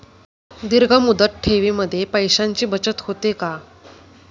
दीर्घ मुदत ठेवीमध्ये पैशांची बचत होते का?